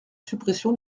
suppression